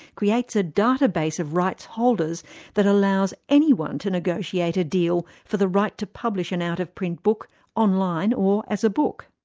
creates a database of rights holders that allows anyone to negotiate a deal for the right to publish an out of print book online or as a book.